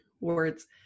Words